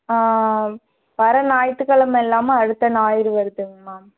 வர ஞாயித்துக்கிழம இல்லாமல் அடுத்த ஞாயிறு வருதுங்க மேம்